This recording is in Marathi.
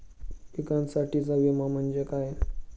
पिकांसाठीचा विमा म्हणजे काय?